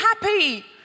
happy